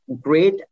great